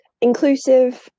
Inclusive